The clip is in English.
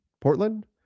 Portland